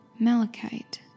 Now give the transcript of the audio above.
Malachite